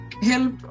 help